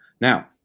Now